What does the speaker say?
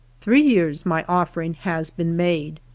three years my offering' has been made.